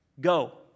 Go